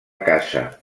caça